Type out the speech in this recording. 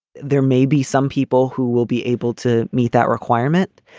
there may be some people who will be able to meet that requirement.